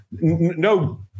no